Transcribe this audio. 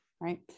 right